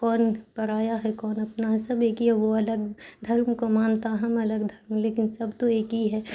کون پرایا ہے کون اپنا ہے سب ایک ہی ہے وہ الگ دھرم کو مانتا ہم الگ دھرم لیکن سب تو ایک ہی ہے